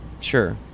Sure